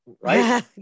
right